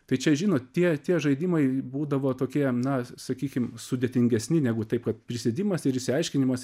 tai čia žinot tie tie žaidimai būdavo tokie na sakykim sudėtingesni negu taip kad prisėdimas ir išsiaiškinimas